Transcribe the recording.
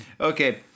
Okay